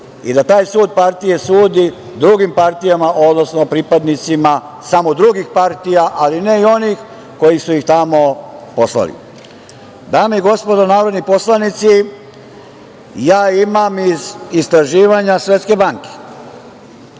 i da taj sud partije sudi drugim partijama, odnosno pripadnicima samo drugih partija, ali ne i onih koji su ih tamo poslali. Dame i gospodo narodni poslanici, ja imam iz istraživanja Svetske banke,